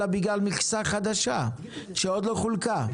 אלא בגלל מכסה חדשה שעוד לא חולקה,